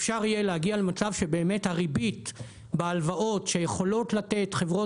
אפשר יהיה להגיד למצב שהריבית בהלוואות שיכולות לתת חברות